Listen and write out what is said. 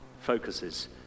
focuses